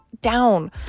down